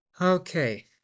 Okay